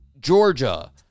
Georgia